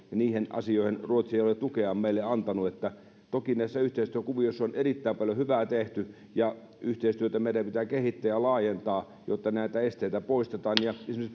ja niihin asioihin ruotsi ei ole tukeaan meille antanut toki näissä yhteistyökuvioissa on erittäin paljon hyvää tehty ja yhteistyötä meidän pitää kehittää ja laajentaa jotta näitä esteitä poistetaan ja esimerkiksi